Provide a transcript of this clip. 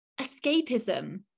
escapism